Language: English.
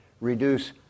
reduce